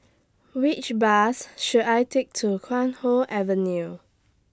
Which Bus should I Take to Chuan Hoe Avenue